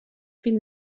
been